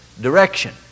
direction